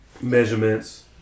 measurements